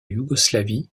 yougoslavie